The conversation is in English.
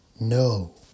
no